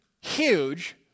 huge